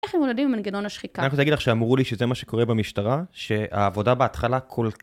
איך הם מתמודדים עם מנגנון השחיקה? אני רוצה להגיד לך שאמרו לי שזה מה שקורה במשטרה, שהעבודה בהתחלה כל...